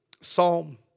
psalm